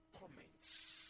comments